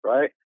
Right